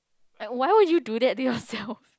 like why would you do that to yourself